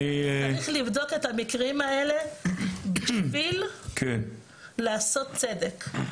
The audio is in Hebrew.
אני -- צריך לבדוק את המקרים האלה בשביל לעשות צדק.